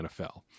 NFL